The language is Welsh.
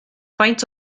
faint